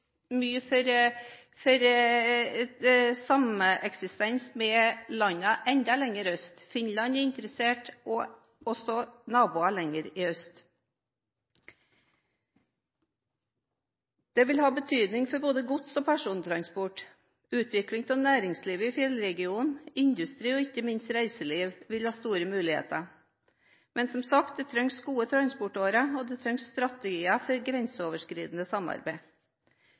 mye for sameksistensen med landene enda lenger øst. Finland er interessert og også naboene lenger øst. Det vil ha betydning for både gods- og persontransport, utvikling av næringslivet i fjellregionen, industri og ikke minst vil reiselivet ha store muligheter. Men, som sagt, det trengs gode transportårer, og det trengs strategier for grenseoverskridende samarbeid.